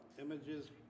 images